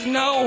no